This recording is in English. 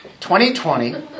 2020